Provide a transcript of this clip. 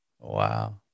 Wow